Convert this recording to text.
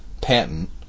patent